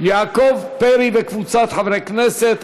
יעקב פרי וקבוצת חברי הכנסת.